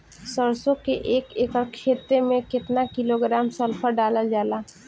सरसों क एक एकड़ खेते में केतना किलोग्राम सल्फर डालल जाला?